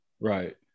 right